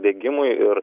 degimui ir